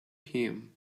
him